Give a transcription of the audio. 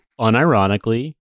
unironically